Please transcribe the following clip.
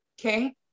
okay